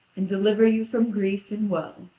and deliver you from grief and woe.